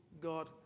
God